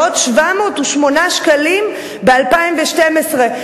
ועוד 708,000 ב-2012.